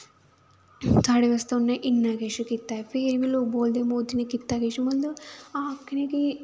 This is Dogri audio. साढ़े बास्तै उन्ना इन्ना किश कीता ऐ फिर बी लोग बोलदे कि मोदी ने कीता किश मतलब आखने गी